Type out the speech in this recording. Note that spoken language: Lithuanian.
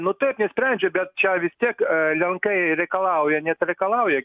nu taip nesprendžia bet čia vis tiek lenkai reikalauja nes reikalauja